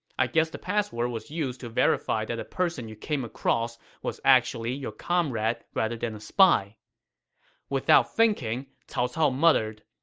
i guess the password was used to verify that the person you came across was actually your comrade rather than a spy without thinking, cao cao muttered,